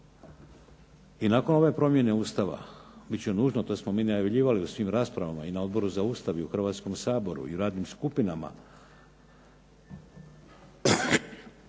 i nakon ove promjene Ustava bit će nužno, to smo mi najavljivali na svim raspravama, i na Odboru za Ustav, i u Hrvatskom saboru i radnim skupinama,